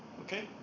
Okay